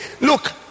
look